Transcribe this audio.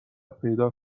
پیدا